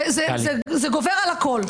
זה גובר על הכול.